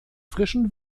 frischen